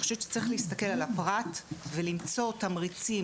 אני חושבת שצריך להסתכל על הפרט ולמצוא תמריצים,